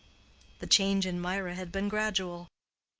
the change in mirah had been gradual.